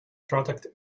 product